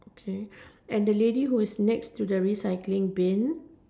okay and the lady who is next to the recycling Bin